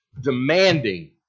demanding